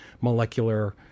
molecular